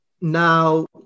Now